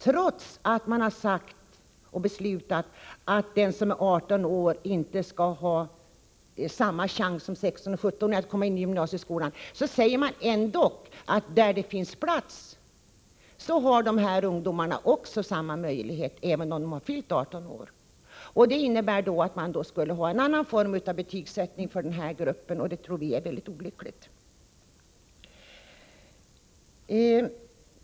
Trots att man har beslutat att den som är 18 år inte skall ha samma chans som 16 och 17-åringar att komma in i gymnasieskolan, säger man ändå att där det finns plats har ungdomar samma möjlighet även om de fyllt 18 år. Det innebär att det skulle finnas en annan form av betygsättning för den gruppen, och det tror vi är väldigt olyckligt.